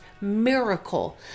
miracle